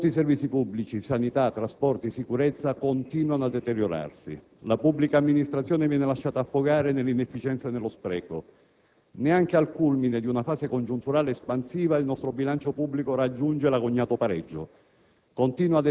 Molti servizi pubblici - sanità, trasporti, sicurezza - continuano a deteriorarsi. La pubblica amministrazione viene lasciata affogare nell'inefficienza e nello spreco. Neanche al culmine di una fase congiunturale espansiva il nostro bilancio pubblico raggiunge l'agognato pareggio;